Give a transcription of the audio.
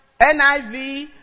NIV